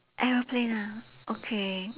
aeroplane ah okay